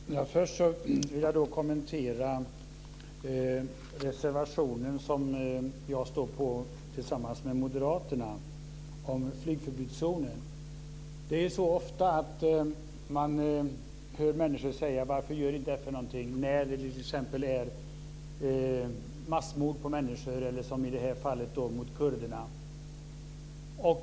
Fru talman! Först vill jag kommentera den reservation som jag står bakom tillsammans med moderaterna om flygförbudszonen. Det är ju ofta så att man hör människor säga: Varför gör inte FN något? Det gäller t.ex. när det sker massmord på människor, som i det här fallet kurderna.